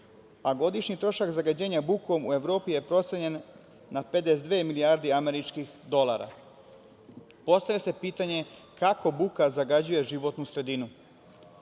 a godišnji trošak zagađenja bukom u Evropi je procenjen na 52 milijarde američkih dolara. Postavlja se pitanje – kako buka zagađuje životnu sredinu?